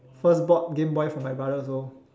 first bought game boy for my brother also